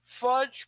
fudge